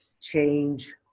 change